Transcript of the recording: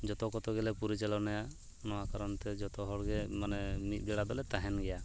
ᱡᱚᱛᱚ ᱠᱚᱛᱮ ᱜᱮᱞᱮ ᱯᱚᱨᱤᱪᱟᱞᱚᱱᱟᱭᱟ ᱱᱚᱣᱟ ᱠᱟᱨᱚᱱᱛᱮ ᱡᱚᱛᱚ ᱦᱚᱲᱜᱮ ᱢᱟᱱᱮ ᱢᱤᱫᱵᱮᱲᱟ ᱫᱚᱞᱮ ᱛᱮᱦᱮᱱ ᱜᱮᱭᱟ